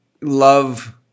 love